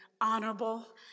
honorable